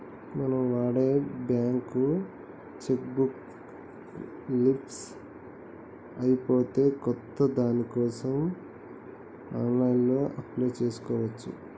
మనం వాడే bank cheque book leafs అయిపోతే కొత్త దానికోసం ఆన్లైన్లో అప్లై చేసుకోవచ్చు